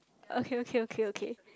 okay okay okay okay